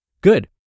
Good